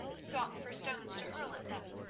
sought for stones to hurl at them.